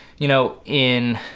you know in,